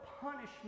punishment